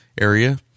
area